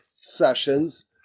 sessions